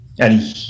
Ali